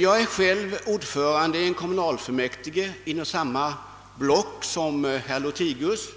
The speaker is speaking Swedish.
Jag är själv ordförande i kommunalfullmäktige inom samma block som herr Lothigius,